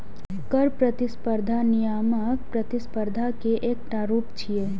कर प्रतिस्पर्धा नियामक प्रतिस्पर्धा के एकटा रूप छियै